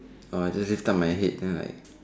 orh I just lift up my head then like